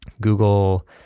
Google